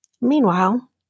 Meanwhile